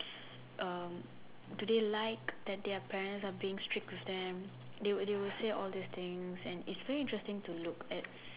um do they like that their parents are being strict with them they will they will say all these things and it's very interesting to look at